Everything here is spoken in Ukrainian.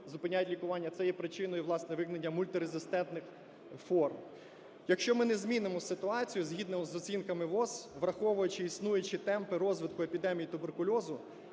зупиняють лікування, а це є причиною, власне, виникнення мультирезистентних форм. Якщо ми не змінимо ситуацію, згідно з оцінками ВООЗ, враховуючи існуючі темпи розвитку епідемії туберкульозу,